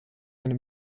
eine